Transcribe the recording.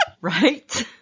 right